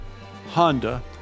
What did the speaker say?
Honda